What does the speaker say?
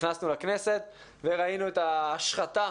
נכנסנו לכנסת וראינו את ההשחתה,